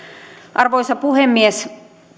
arvoisa puhemies